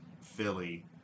Philly